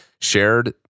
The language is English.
shared